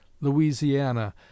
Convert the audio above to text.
Louisiana